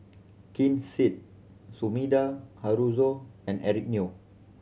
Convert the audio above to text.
Ken Seet Sumida Haruzo and Eric Neo